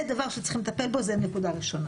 זה דבר שצריכים לטפל בו, זה נקודה ראשונה.